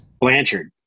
Blanchard